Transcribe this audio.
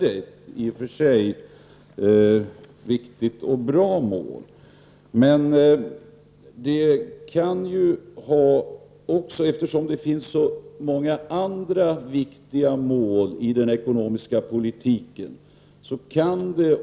Det är i och för sig ett viktigt och bra mål, men det finns så många andra viktiga mål för den ekonomiska politiken.